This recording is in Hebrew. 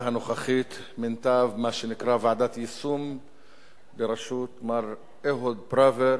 אדוני היושב-ראש, אדוני